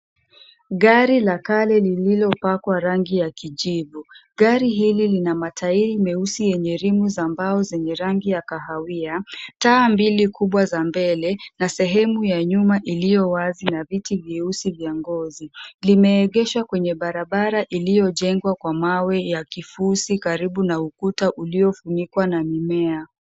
Gari ka kale lililopakwa rangi ya kijivu. Gari hili lina matairi meusi yenye ream za mbao zenye rangi ya kahawia, taa mbili za mbele na sehemu ya nyuma iliyo wazi na viti vyeusi vya ngozi. Limeegeshwa kwenye barabara iliyojengwa na mawe ya kifusi karibu na ukuta uliofunikwa na mimea.